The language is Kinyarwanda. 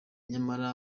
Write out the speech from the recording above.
nyamara